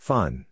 Fun